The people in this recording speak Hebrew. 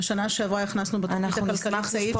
בשנה שעברה הכנסנו בתוכנית הכלכלית סעיף